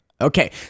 Okay